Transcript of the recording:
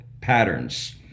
patterns